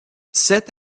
sept